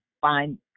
find